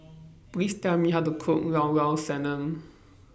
Please Tell Me How to Cook Llao Llao Sanum